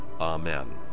Amen